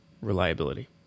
reliability